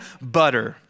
butter